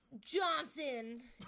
Johnson